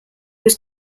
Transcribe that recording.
was